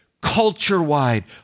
culture-wide